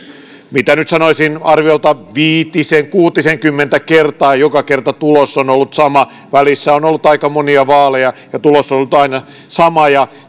mitä nyt sanoisin arviolta viitisen kuutisenkymmentä kertaa ja joka kerta tulos on ollut sama välissä on ollut aika monia vaaleja ja tulos on ollut aina sama tämä